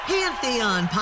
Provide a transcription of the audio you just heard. Pantheon